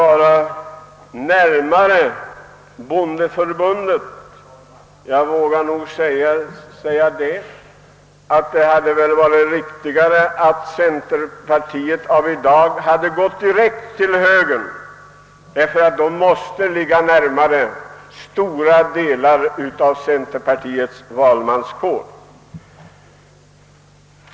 Det hade väl varit riktigare om centerpartiet i dag hade gått direkt till högern, eftersom högerpartiet ju måste ligga närmare till för stora delar av centerpartiets valmanskår.